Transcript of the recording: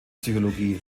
psychologie